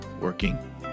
working